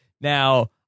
Now